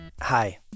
Hi